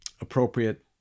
appropriate